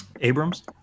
Abrams